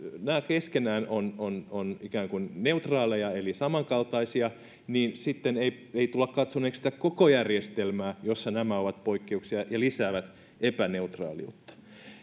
nämä keskenään ovat ikään kuin neutraaleja eli samankaltaisia ei ei tulla katsoneeksi sitä koko järjestelmää jossa nämä ovat poikkeuksia ja lisäävät epäneutraaliutta